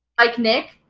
like nick,